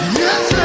yes